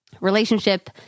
relationship